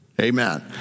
Amen